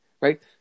right